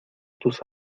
tus